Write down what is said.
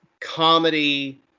comedy